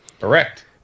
Correct